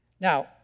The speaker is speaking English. Now